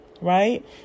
right